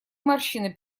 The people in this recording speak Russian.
морщина